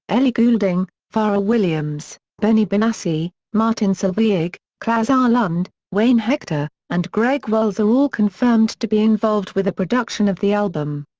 ellie goulding, pharrell williams, benny benassi, martin solveig, klas ahlund, wayne hector, and greg wells are all confirmed to be involved with the production of the album.